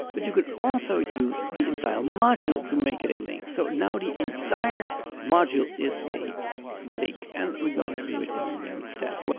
but you could also use the entire module to make it a link. so now the entire module is a link and we're going to do it in a new tab.